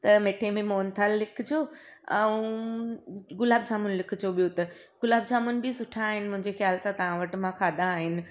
त मिठे में मोहनथाल लिखिजो ऐं गुलाब जामुन लिखिजो ॿियो त गुलाब जामुन बि सुठा आहिनि मुंहिंजे ख़्याल सां तव्हां वटि मां खाधा आहिनि